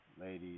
ladies